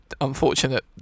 unfortunate